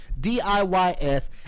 diys